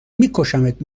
میکشمت